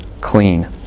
clean